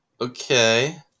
Okay